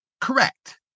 correct